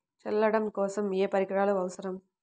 చల్లడం కోసం ఏ పరికరాలు అవసరం?